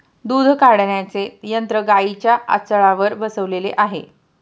दूध काढण्याचे यंत्र गाईंच्या आचळावर बसवलेले आहे